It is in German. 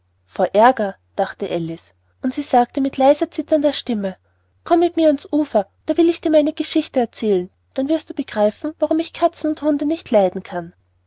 und sie sagte mit leiser zitternder stimme komm mit mir an's ufer da will ich dir meine geschichte erzählen dann wirst du begreifen warum ich katzen und hunde nicht leiden kann